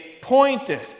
Pointed